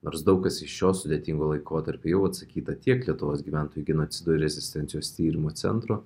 nors daug kas iš šio sudėtingo laikotarpio jau atsakyta tiek lietuvos gyventojų genocido ir rezistencijos tyrimo centro